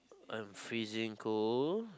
I'm freezing cold